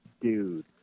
dude